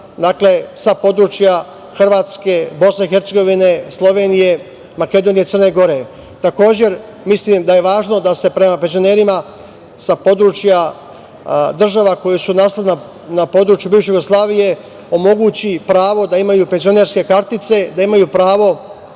sa područja Hrvatske, BiH, Slovenije, Makedonije, Crne Gore. Takođe, mislim da je važno da se prema penzionerima sa područja država koje su nastale na području bivše Jugoslavije omogući pravo da imaju penzionerske kartice, da imaju pravo